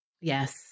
Yes